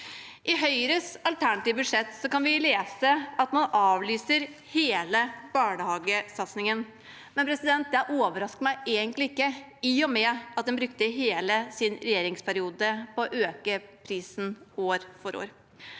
I Høyres alternative budsjett kan vi lese at man avlyser hele barnehagesatsingen. Det overrasker meg egentlig ikke, i og med at de brukte hele sin regjeringsperiode på å øke prisen år for år.